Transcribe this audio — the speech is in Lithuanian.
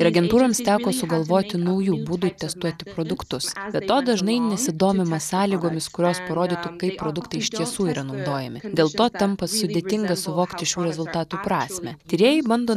ir agentūroms teko sugalvoti naujų būdų testuoti produktus be to dažnai nesidomima sąlygomis kurios parodytų kaip produktai iš tiesų yra naudojami dėl to tampa sudėtinga suvokti šių rezultatų prasmę tyrėjai bando